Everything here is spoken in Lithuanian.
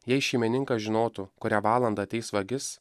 jei šeimininkas žinotų kurią valandą ateis vagis